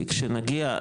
כי כשנגיע,